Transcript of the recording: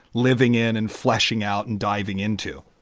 living in and fleshing out and diving into?